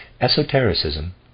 Esotericism